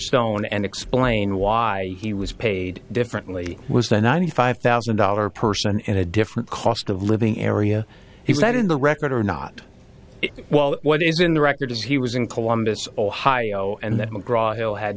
stone and explain why he was paid differently was the ninety five thousand dollars person in a different cost of living area he said in the record or not well what is in the record is he was in columbus ohio and that